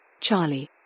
charlie